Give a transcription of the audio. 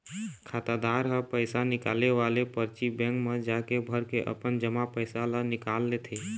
खातादार ह पइसा निकाले वाले परची बेंक म जाके भरके अपन जमा पइसा ल निकाल लेथे